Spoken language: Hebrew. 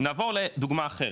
נעבור לדוגמא אחרת,